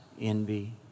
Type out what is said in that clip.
envy